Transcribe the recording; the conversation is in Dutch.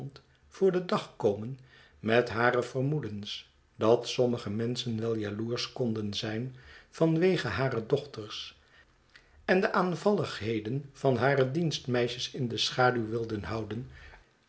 voor den dag komen met hare vermoedens dat sommige menschen wel jaloersch konden zijn vanwege hare dochters en de aanvalligheden van hare dienstmeisjes in de schaduw wilden houden